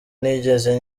ntigeze